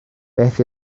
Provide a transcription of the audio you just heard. beth